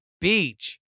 beach